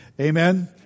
Amen